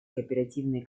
кооперативные